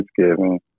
Thanksgiving